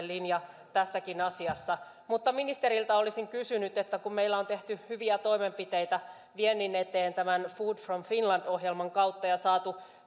linja tässäkin asiassa ministeriltä olisin kysynyt kun meillä on tehty hyviä toimenpiteitä viennin eteen tämän food from finland ohjelman kautta ja saatu